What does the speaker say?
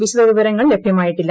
വിശദവിവരങ്ങൾ ലഭൃമായിട്ടില്ല